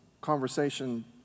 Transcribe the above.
conversation